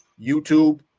YouTube